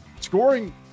scoring